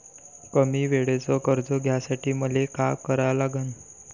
कमी वेळेचं कर्ज घ्यासाठी मले का करा लागन?